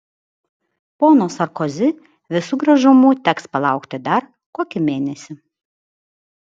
pono sarkozi visu gražumu teks palaukti dar kokį mėnesį